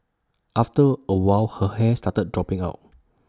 after A while her hair started dropping out